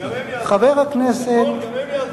גם הם יעזבו?